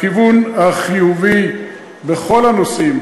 הכיוון חיובי בכל הנושאים,